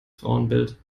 frauenbild